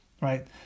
Right